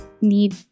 need